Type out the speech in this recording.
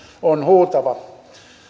on huutava